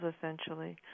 essentially